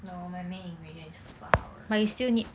no my main ingredient is flour